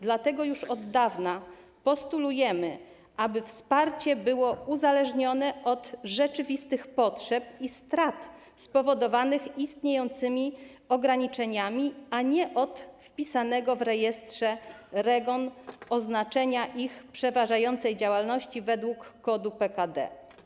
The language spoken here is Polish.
Dlatego już od dawna postulujemy, aby wsparcie było uzależnione od rzeczywistych potrzeb i strat spowodowanych istniejącymi ograniczeniami, a nie od wpisanego w rejestrze REGON oznaczenia ich przeważającej działalności według kodu PKD.